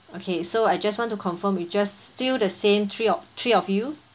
okay so I just want to confirm we just still the same three three of you